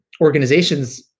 organizations